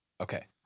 Okay